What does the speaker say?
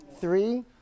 Three